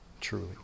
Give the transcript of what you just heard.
truly